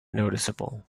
noticeable